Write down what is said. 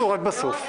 הוא רק בסוף.